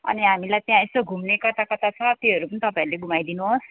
अनि हामीलाई त्यहाँ यसो घुम्ने कता कता छ त्योहरू पनि तपाईँहरूले घुमाइदिनु होस्